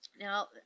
Now